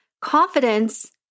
Confidence